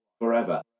forever